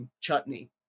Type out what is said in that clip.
Chutney